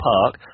Park